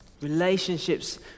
Relationships